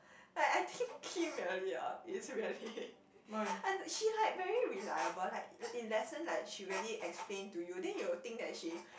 like I think Kim really hor is really she like very reliable like in lesson like she really explain to you then you will think that she